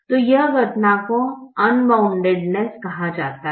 तो यह घटना को अनबाउंडनेस कहा जाता है